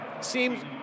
seems